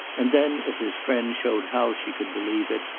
and then as his friend showed how she could believe it,